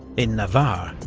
in navarre,